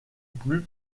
plus